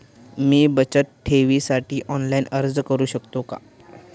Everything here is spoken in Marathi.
मी बचत ठेवीसाठी ऑनलाइन अर्ज करू शकतो का?